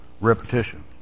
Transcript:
repetition